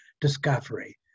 discovery